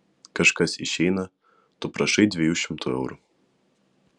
kažkas išeina tu prašai dviejų šimtų eurų